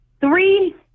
Three